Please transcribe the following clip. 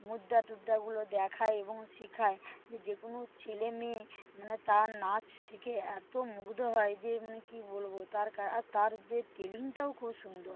মুদ্রা টুদ্রাগুলো দেখায় এবং শিখায় যে যে কোনো ছেলে মেয়ে মানে তার নাচ শিখে এতো মুগ্ধ হয় যে মানে কি বলবো তার আর যে টেলিংটাও খুব সুন্দর